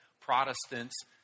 Protestants